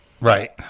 Right